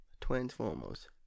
Transformers